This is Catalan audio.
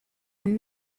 amb